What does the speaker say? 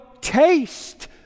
taste